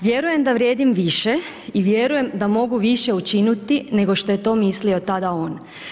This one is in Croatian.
Vjerujem da vrijedim više i vjerujem da mogu više učiniti nego što je to mislio tada on.